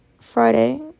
Friday